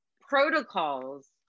protocols